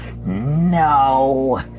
no